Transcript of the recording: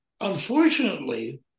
unfortunately